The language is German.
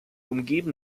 umgeben